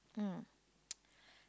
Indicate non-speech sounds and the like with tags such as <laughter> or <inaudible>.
mm <noise>